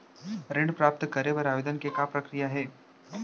ऋण प्राप्त करे बर आवेदन के का प्रक्रिया हे?